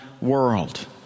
world